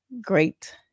great